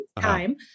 time